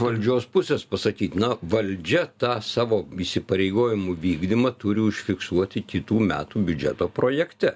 valdžios pusės pasakyt na valdžia tą savo įsipareigojimų vykdymą turi užfiksuoti kitų metų biudžeto projekte